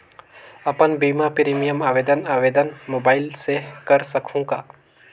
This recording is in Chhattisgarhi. अपन बीमा प्रीमियम आवेदन आवेदन मोबाइल से कर सकहुं का?